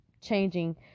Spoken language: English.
changing